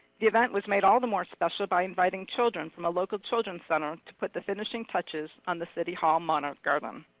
the event was made all the more special by inviting children from a local children's center to put the finishing touches on the city hall monarch garden.